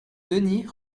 denys